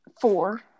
four